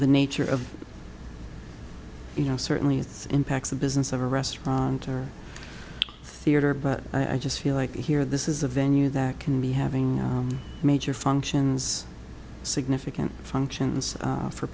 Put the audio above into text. the nature of you know certainly its impacts the business of a restaurant or theater but i just feel like here this is a venue that can be having major functions significant functions